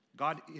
God